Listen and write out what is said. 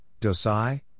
dosai